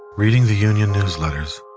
reading the union newsletters,